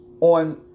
on